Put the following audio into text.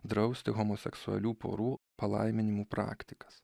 drausti homoseksualių porų palaiminimu praktikas